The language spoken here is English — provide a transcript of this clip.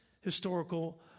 historical